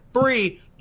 free